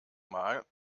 mal